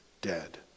dead